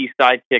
sidekick